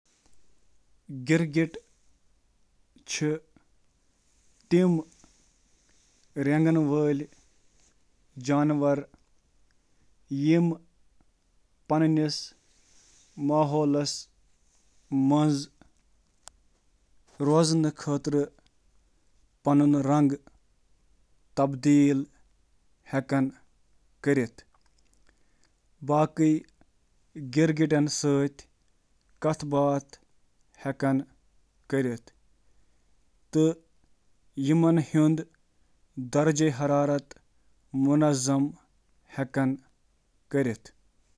آ، گرگٹ چھِ رینگنہٕ یِنہٕ وٲلۍ جانور یِم پنٕنۍ ژمہِ ہُنٛد رنگ بدلٲوِتھ ہٮ۪کَن: رہائش گاہ چیملین چھ افریقہ کیٛن روٗدٕ جنگلن تہٕ ریگستانن منٛز روزان۔